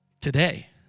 today